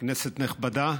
כנסת נכבדה,